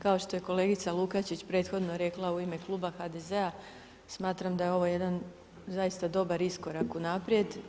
Kao što je kolegica Lukačić prethodno rekla u ime kluba HDZ-a, smatram da je ovo jedan zaista dobar iskorak unaprijed.